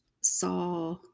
saw